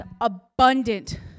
abundant